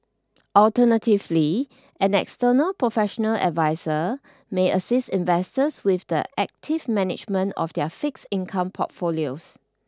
alternatively an external professional adviser may assist investors with the active management of their fixed income portfolios